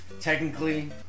Technically